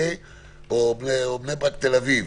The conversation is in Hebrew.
או בני ברק-תל אביב,